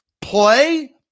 play